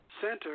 center